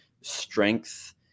strength